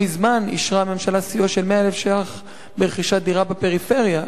לא מזמן אישרה הממשלה סיוע של 100,000 שקלים לרכישת דירה בפריפריה,